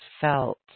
felt